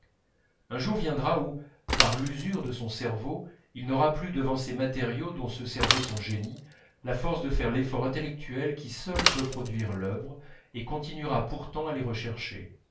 un jour viendra où par l'usure de son cerveau il n'aura plus devant ces matériaux dont se servait son génie la force de faire l'effort intellectuel qui seul peut produire son œuvre et continuera pourtant à les rechercher